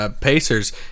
Pacers